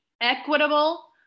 equitable